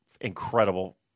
incredible